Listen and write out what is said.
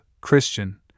Christian